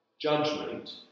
Judgment